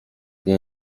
بیا